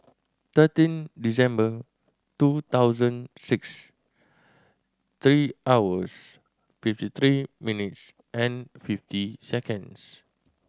thirteen December two thousand six three hours fifty three minutes and fifty seconds